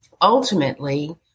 Ultimately